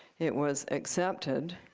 it was accepted.